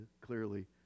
clearly